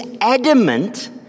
adamant